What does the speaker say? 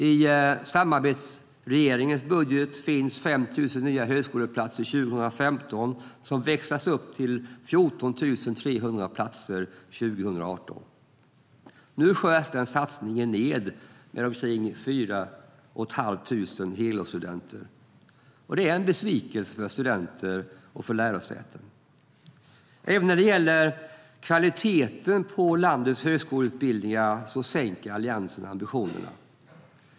I samarbetsregeringens budget finns 5 000 nya högskoleplatser 2015, och det växlas upp till 14 300 platser 2018. Nu skärs den satsningen ned med omkring 4 500 helårsstudenter. Det är en besvikelse för studenter och lärosäten. Även när det gäller kvaliteten på landets högskoleutbildningar sänker Alliansen ambitionerna.